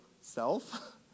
self